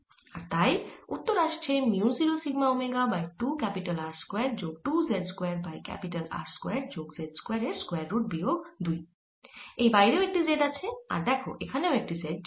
আর তাই উত্তর আসছে mu 0 sigma omega by 2 R square যোগ 2 z square by R square যোগ z স্কয়ার এর স্কয়ার রুট বিয়োগ 2 এই বাইরেও একটি z রয়েছে আর দেখো এখানেও একটি z ছিল